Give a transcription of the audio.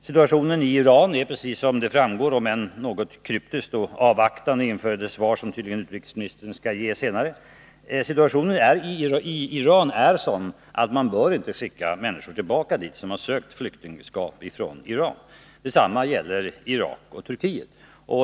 Situationen i Iran är precis som framgår av svaret — om än något kryptiskt och avvaktande inför det svar som tydligen utrikesministern skall ge senare — sådan att man inte bör skicka människor tillbaka dit. Detsamma gäller Irak och Turkiet.